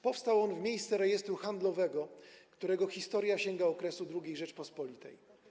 Powstał on w miejsce Rejestru Handlowego, którego historia sięga okresu II Rzeczypospolitej.